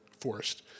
forced